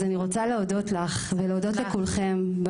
אני רוצה להודות לך ולהודות לכולכם,